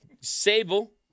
Sable